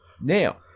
Now